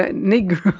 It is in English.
ah negro